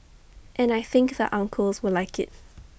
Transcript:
and I think the uncles will like IT